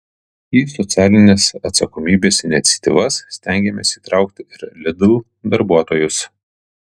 į socialinės atsakomybės iniciatyvas stengiamės įtraukti ir lidl darbuotojus